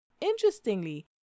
Interestingly